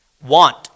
want